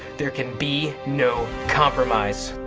there can be no compromise.